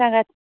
सांगात